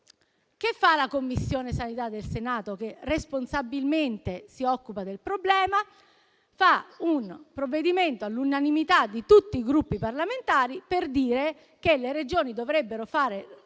Che fa la Commissione sanità del Senato, che responsabilmente si occupa del problema? Fa un provvedimento, con l'unanimità di tutti i Gruppi parlamentari, per stabilire che le Regioni dovrebbero fare